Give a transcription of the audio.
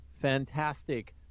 fantastic